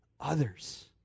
others